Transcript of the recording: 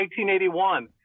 1981